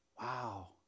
Wow